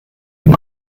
dem